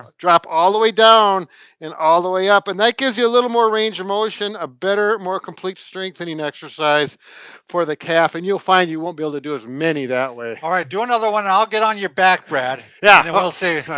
drop all the way down and all the way up. and that gives you a little more range of motion, a better, more complete strengthening exercise for the calf and you'll find you won't be able to do as many that way. all right, do another one and i'll get on your back, brad. yeah. and but we'll see, you